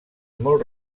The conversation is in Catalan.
molt